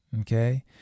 Okay